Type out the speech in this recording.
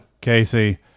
Casey